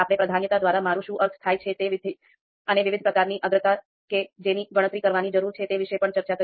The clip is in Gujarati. આપણે પ્રાધાન્યતા દ્વારા મારું શું અર્થ થાય છે અને વિવિધ પ્રકારની અગ્રતા કે જેની ગણતરી કરવાની જરૂર છે તે વિશે પણ ચર્ચા કરી